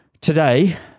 today